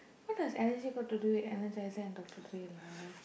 what does allergy got to do with emergenct and Doctor lah